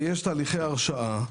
ויש תהליכי הרשאה.